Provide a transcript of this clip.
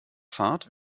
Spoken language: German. fahrt